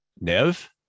Nev